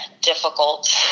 difficult